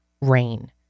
rain